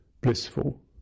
blissful